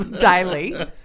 daily